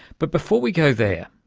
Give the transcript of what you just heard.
but before we go there,